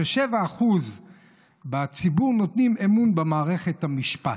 ש-7% מהציבור נותנים אמון במערכת המשפט,